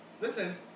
listen